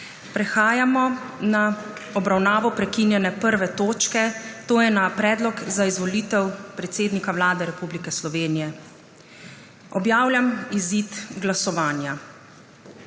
Prehajamo na obravnavo prekinjene 1. točke dnevnega reda, to je na Predlog za izvolitev predsednika Vlade Republike Slovenije. Objavljam izid glasovanja.